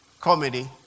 comedy